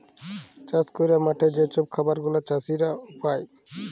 চাষ ক্যইরে মাঠে যে ছব খাবার গুলা চাষীরা উগায়